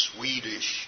Swedish